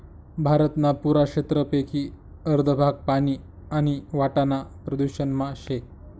भारतना पुरा क्षेत्रपेकी अर्ध भाग पानी आणि वाटाना प्रदूषण मा शे